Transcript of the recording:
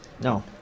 no